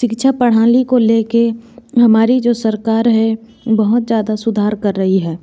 सिक्षा प्रणाली को ले कर हमारी जो सरकार है वो बहुत ज़्यादा सुधार कर रही है